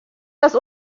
das